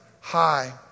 high